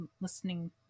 listening